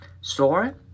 store